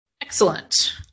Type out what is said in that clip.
Excellent